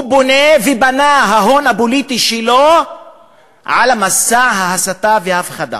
הוא בונה ובנה את ההון הפוליטי שלו על מסע הסתה והפחדה,